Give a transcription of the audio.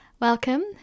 welcome